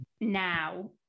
now